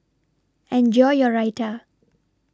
Enjoy your Raita